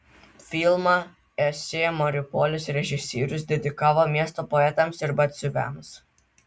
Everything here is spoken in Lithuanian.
filmą esė mariupolis režisierius dedikavo miesto poetams ir batsiuviams